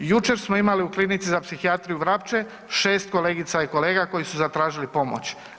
Jučer smo imali u Klinici za psihijatriju Vrapče 6 kolegica i kolega koji su zatražili pomoć.